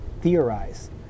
theorize